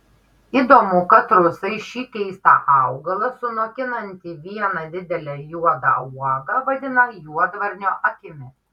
įdomu kad rusai šį keistą augalą sunokinantį vieną didelę juodą uogą vadina juodvarnio akimi